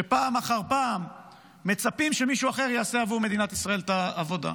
כשפעם אחר פעם מצפים שמישהו אחר יעשה עבור מדינת ישראל את העבודה.